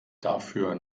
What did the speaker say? dafür